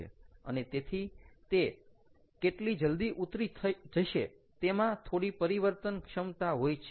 અને તેથી તે કેટલી જલ્દી ઉતરી થઇ જશે તેમાં થોડી પરિવર્તનક્ષમતા હોય છે